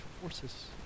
forces